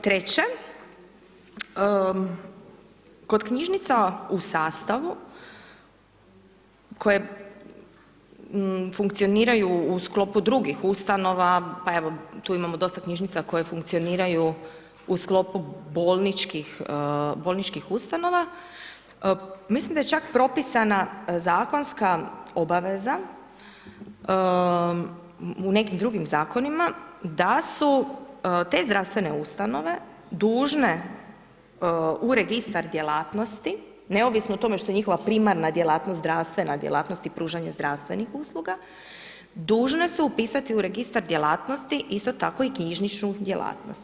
Treće, kod knjižnica u sastavu koje funkcioniraju u sklopu drugih ustanova pa evo tu imamo dosta knjižnica koje funkcioniraju u sklopu bolničkih ustanova, mislim da je čak propisana zakonska obaveza u nekim drugim zakonima, da su te zdravstvene ustanove dužne u registar djelatnosti neovisno o tome što je njihova primarna djelatnost zdravstvena djelatnost i pružanje zdravstvenih usluga, dužne su upisati u registar djelatnosti isto tako i knjižničnu djelatnost.